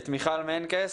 מיכל מנקס,